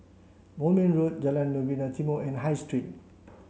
Moulmein Road Jalan Novena Timor and High Street